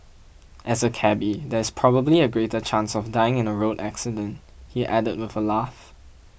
as a cabby there is probably a greater chance of dying in a road accident he added with a laugh